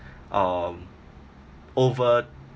um over